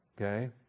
Okay